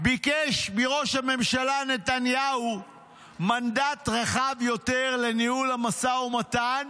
ביקש מראש הממשלה נתניהו מנדט רחב יותר לניהול המשא ומתן